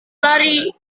lari